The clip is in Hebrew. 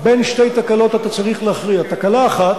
בין שתי תקלות אתה צריך להכריע: תקלה אחת